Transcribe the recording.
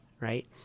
right